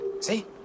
See